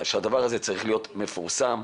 שהדבר צריך להיות מפורסם,